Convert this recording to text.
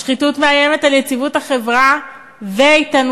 השחיתות מאיימת על יציבות החברה ואיתנותה,